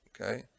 Okay